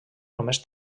només